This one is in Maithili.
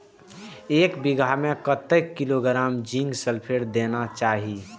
एक बिघा में कतेक किलोग्राम जिंक सल्फेट देना चाही?